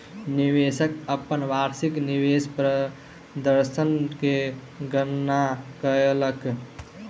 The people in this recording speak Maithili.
निवेशक अपन वार्षिक निवेश प्रदर्शन के गणना कयलक